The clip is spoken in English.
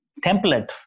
template